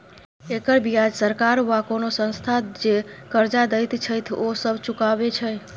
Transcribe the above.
एकर बियाज सरकार वा कुनु संस्था जे कर्जा देत छैथ ओ सब चुकाबे छै